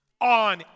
on